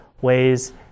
ways